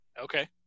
Okay